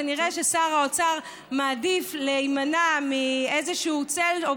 כנראה ששר האוצר מעדיף להימנע מאיזשהו צל או